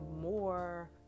more